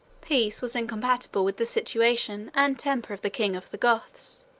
peace was incompatible with the situation and temper of the king of the goths.